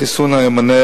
החיסון היה מונע